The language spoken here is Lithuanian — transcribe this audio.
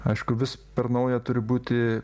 aišku vis per nauja turi būti